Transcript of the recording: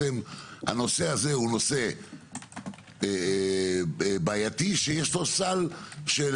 שהנושא הזה בעצם הוא נושא בעייתי שיש לו סל של